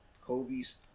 Kobe's